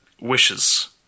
wishes